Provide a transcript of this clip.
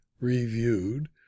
reviewed